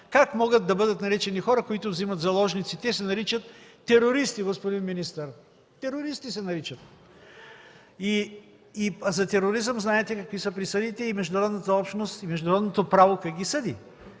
как могат да бъдат наричани хора, които взимат заложници? Те се наричат „терористи”, господин министър! Терористи се наричат! За тероризъм знаете какви са присъдите и международната общност, международното право как ги съди.